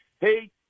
hey